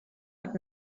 hat